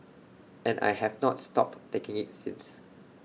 and I have not stopped taking IT since